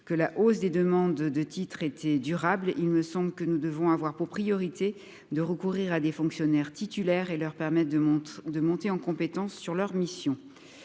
que la hausse des demandes de titres était durable, il me semble que nous devons avoir pour priorité de recourir à des fonctionnaires titulaires et leur permet de monter de monter en compétence sur leur mission,